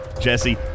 Jesse